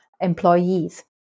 employees